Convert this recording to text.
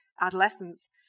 adolescence